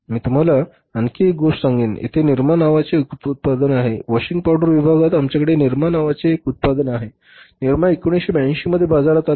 मी तुम्हाला आणखी एक गोष्ट सांगेन येथे निरमा नावाचे एक उत्पादन आहे वॉशिंग पावडर विभागात आमच्याकडे निरमा नावाचे एक उत्पादन आहे आणि निरमा 1982 मध्ये बाजारात आले